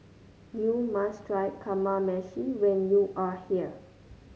you must try Kamameshi when you are here